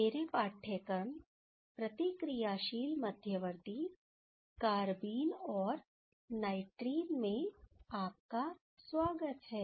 मेरे पाठ्यक्रम प्रतिक्रियाशील मध्यवर्ती कारबीन और नाइट्रीन में आपका स्वागत है